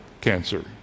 cancer